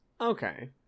Okay